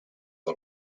del